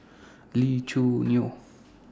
Lee Choo Neo